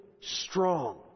strong